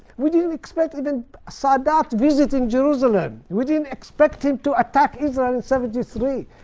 we didn't expect even sadat visiting jerusalem. we didn't expect him to attack israel in seventy three.